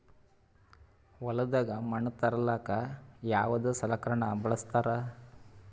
ಹೊಲದಾಗ ಮಣ್ ತರಲಾಕ ಯಾವದ ಸಲಕರಣ ಬಳಸತಾರ?